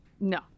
No